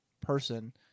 person